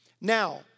Now